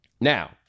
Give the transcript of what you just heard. Now